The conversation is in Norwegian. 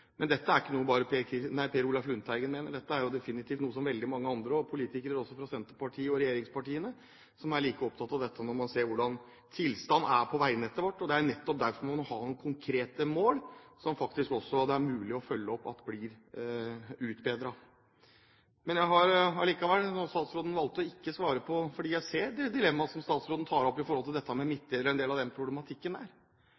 Men dette er ikke noe bare Per Olaf Lundteigen mener. Dette er definitivt noe som veldig mange andre politikere, også fra Senterpartiet og regjeringspartiene, er like opptatt av når man ser hvordan tilstanden er på veinettet vårt. Det er nettopp derfor man må ha noen konkrete mål, så det er mulig å følge opp at ting blir utbedret. Statsråden valgte ikke å svare, men jeg ser det dilemmaet som statsråden tar opp